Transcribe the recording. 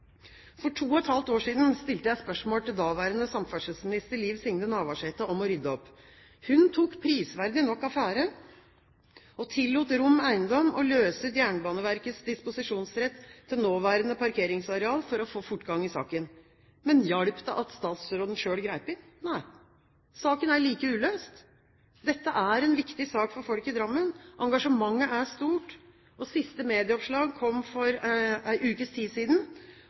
For to og et halvt år siden stilte jeg spørsmål til daværende samferdselsminister, Liv Signe Navarsete, om å rydde opp. Hun tok prisverdig nok affære og tillot Rom Eiendom å løse ut Jernbaneverkets disposisjonsrett til nåværende parkeringsareal for å få fortgang i saken. Men hjalp det at statsråden selv grep inn? Nei, saken er like uløst. Dette er en viktig sak for folk i Drammen. Engasjementet er stort. Siste medieoppslag kom for en ukes tid siden.